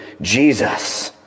Jesus